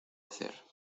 hacer